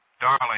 Darling